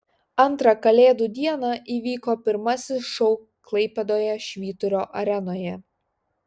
antrą kalėdų dieną įvyko pirmasis šou klaipėdoje švyturio arenoje